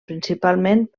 principalment